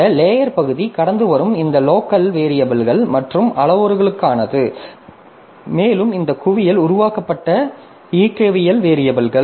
இந்த லேயர் பகுதி கடந்து வரும் இந்த லோக்கல் வேரியபில்கள் மற்றும் அளவுருக்களுக்கானது மேலும் இந்த குவியல் உருவாக்கப்பட்ட இயக்கவியல் வேரியபில்கள்